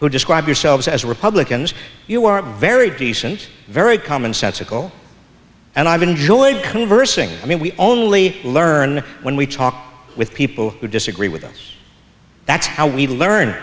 who describe yourselves as republicans you are very decent very common sensical and i've enjoyed conversing i mean we only learn when we talk with people who disagree with us that's how we learn